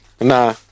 Nah